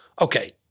Okay